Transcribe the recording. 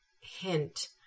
hint